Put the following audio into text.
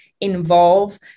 involve